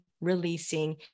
releasing